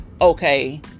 okay